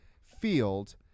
field